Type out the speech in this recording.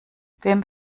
wem